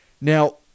Now